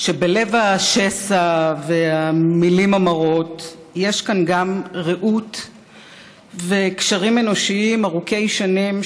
שבלב השסע והמילים המרות יש כאן גם רעות וקשרים אנושיים ארוכי שנים,